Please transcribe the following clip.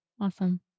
Awesome